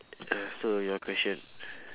ah so your question